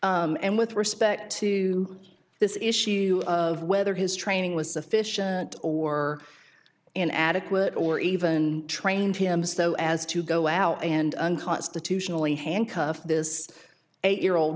and with respect to this issue of whether his training was sufficient or an adequate or even trained him so as to go out and unconstitutionally handcuff this eight year old